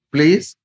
Please